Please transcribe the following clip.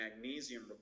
magnesium